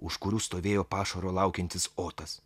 už kurių stovėjo pašaro laukiantis otas